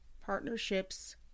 partnerships